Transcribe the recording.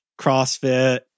CrossFit